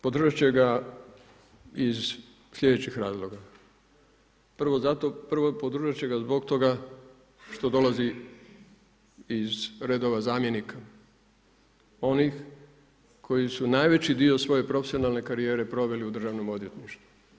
Podržat će ga iz sljedećih razloga, prvo podržat će ga zbog toga što dolazi iz redova zamjenika, onih koji su najveći dio svoje profesionalne karijere proveli u državnom odvjetništvu.